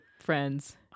friends